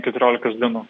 keturiolikos dienų